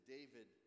David